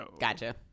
Gotcha